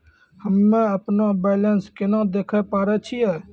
हम्मे अपनो बैलेंस केना देखे पारे छियै?